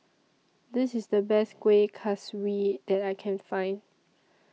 This IS The Best Kueh Kaswi that I Can Find